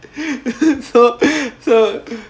so so